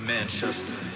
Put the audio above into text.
Manchester